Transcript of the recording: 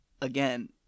Again